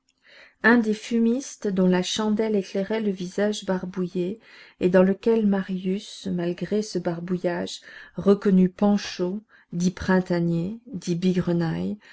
un des fumistes dont la chandelle éclairait le visage barbouillé et dans lequel marius malgré ce barbouillage reconnut panchaud dit printanier dit bigrenaille